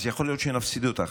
אז יכול להיות שנפסיד אותך,